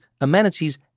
amenities